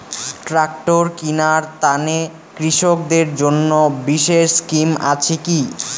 Tractor কিনার তানে কৃষকদের জন্য বিশেষ স্কিম আছি কি?